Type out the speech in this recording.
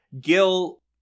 Gil